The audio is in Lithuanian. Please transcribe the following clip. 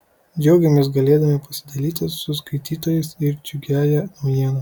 džiaugiamės galėdami pasidalyti su skaitytojais ir džiugiąja naujiena